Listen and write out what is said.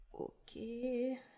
Okay